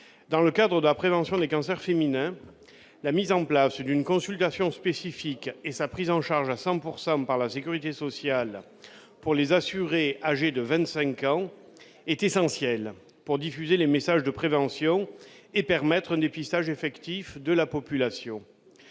dans le cadre de la prévention des cancers féminins, la mise en place d'une consultation spécifique et sa prise en charge à 100 pourcent par par la Sécurité sociale pour les assurés âgés de 25 ans est essentielle pour diffuser les messages de prévention et permettre un dépistage effectif de la population,